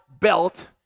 belt